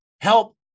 help